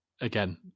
again